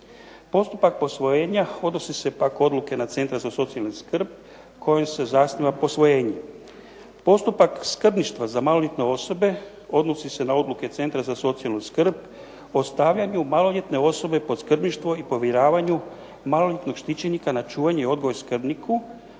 Postupak posvojenja odnosi se pak odluke Centra za socijalnu skrb kojom se zasniva posvojenje. Postupak skrbništva za maloljetne osobe odnosi se na odluke Centra za socijalnu skrb o stavljanju maloljetne osobe pod skrbništvo i povjeravanju maloljetnog štićenika na čuvanje i odgoj skrbniku,